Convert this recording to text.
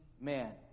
man